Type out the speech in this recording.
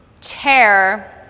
chair